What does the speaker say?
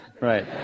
Right